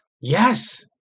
Yes